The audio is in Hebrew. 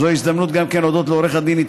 זוהי הזדמנות להודות גם לעו"ד איתי